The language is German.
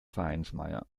vereinsmeier